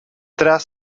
tras